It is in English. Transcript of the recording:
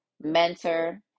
mentor